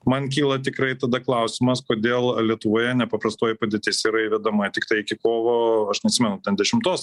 man kyla tikrai tada klausimas kodėl lietuvoje nepaprastoji padėtis yra įvedama tiktai iki kovo aš neatsimenu ten dešimtos